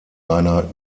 einer